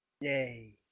Yay